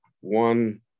one